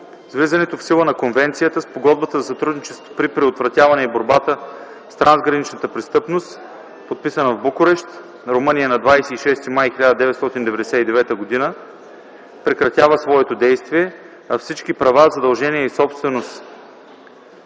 влизането в сила на Конвенцията, Спогодбата за сътрудничество при предотвратяване и борбата с трансграничната престъпност, подписана в Букурещ, Румъния, на 26 май 1999 г., прекратява своето действие, а всички права, задължения и собственост